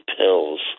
pills